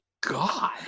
god